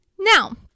Now